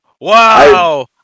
Wow